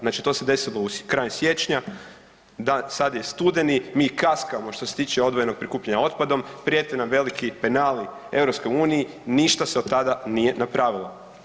Znači to se desilo krajem siječnja, sad je studeni, mi kaskamo što se tiče odvojenog prikupljanja otpadom, prijete nam veliki penali EU i ništa se od tada nije napravilo.